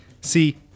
See